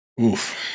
Oof